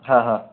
हा हा